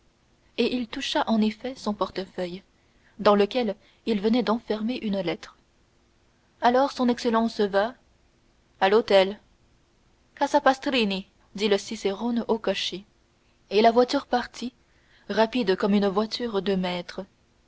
et il toucha en effet son portefeuille dans lequel il venait d'enfermer une lettre alors son excellence va à l'hôtel casa pastrini dit le cicérone au cocher et la voiture partit rapide comme une voiture de maître